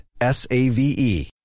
S-A-V-E